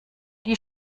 die